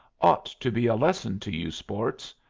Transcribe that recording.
ought to be a lesson to you sports.